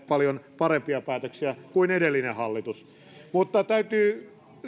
paljon parempia päätöksiä kuin edellinen hallitus täytyy